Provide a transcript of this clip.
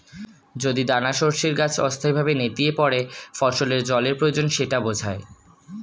যদি দানাশস্যের গাছ অস্থায়ীভাবে নেতিয়ে পড়ে ফসলের জলের প্রয়োজন সেটা বোঝায়